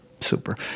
super